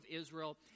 Israel